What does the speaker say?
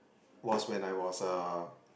was when I was a